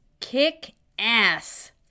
kick-ass